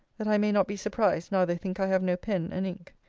that i may not be surprised now they think i have no pen and ink.